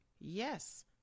Yes